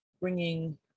bringing